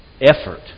effort